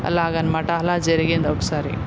అలాగ అనమాట అలా జరిగింది ఒకసారి